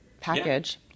package